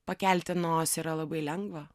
pakelti nosį yra labai lengva